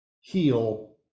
heal